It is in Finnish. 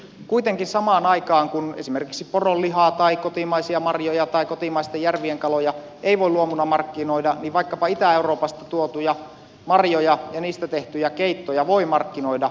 kuitenkin samaan aikaan kun esimerkiksi poron lihaa tai kotimaisia marjoja tai kotimaisten järvien kaloja ei voi luomuna markkinoina niin vaikkapa itä euroopasta tuotuja marjoja ja niistä tehtyjä keittoja voi markkinoida luomutuotteena